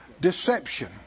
Deception